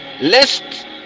lest